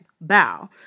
bow